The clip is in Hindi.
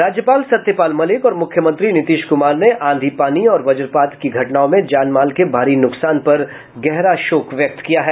राज्यपाल सत्यपाल मलिक और मुख्यमंत्री नीतीश कुमार ने आंधी पानी और वज्रपात की घटनाओं में जानमाल के भारी नुकसान पर गहरा शोक व्यक्त किया है